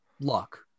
luck